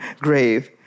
grave